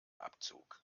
abzug